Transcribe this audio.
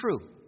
true